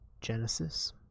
Genesis